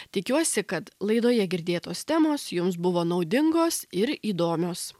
tikiuosi kad laidoje girdėtos temos jums buvo naudingos ir įdomios